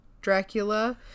dracula